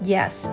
Yes